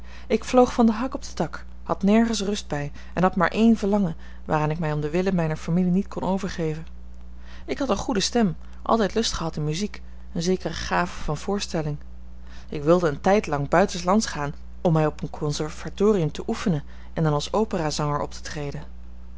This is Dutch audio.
ik vloog van den hak op den tak had nergens rust bij en had maar één verlangen waaraan ik mij om de wille mijner familie niet kon overgeven ik had eene goede stem altijd lust gehad in muziek eene zekere gave van voorstelling ik wilde een tijdlang buitenslands gaan om mij op een conservatorium te oefenen en dan als opera zanger op te treden